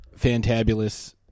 fantabulous